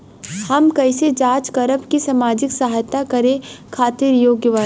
हम कइसे जांच करब की सामाजिक सहायता करे खातिर योग्य बानी?